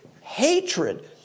hatred